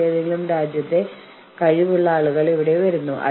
അത് തു തും ആപ് എന്നിവയാണ്